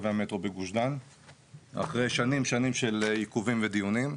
קווי המטרו בגוש דן אחרי שנים שנים של עיכובים ודיונים,